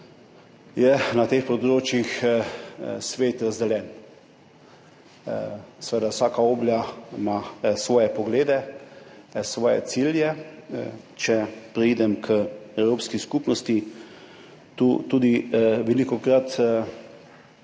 je na teh področjih svet razdeljen, vsaka obla ima svoje poglede, svoje cilje. Če preidem k Evropski skupnosti, tu tudi velikokrat